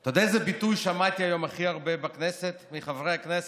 אתה יודע איזה ביטוי שמעתי היום הכי הרבה בכנסת מחברי הכנסת,